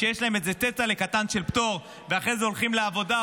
שיש להם איזה צעטלע קטן של פטור ואחרי זה הולכים לעבודה,